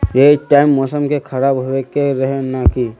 यही टाइम मौसम के खराब होबे के रहे नय की?